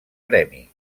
premi